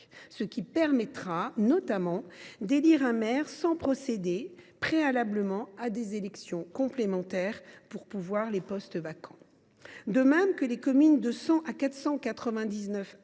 ce qui permettra notamment d’élire un maire sans procéder préalablement à des élections complémentaires pour pourvoir les postes vacants. De même, les communes de 100 à 499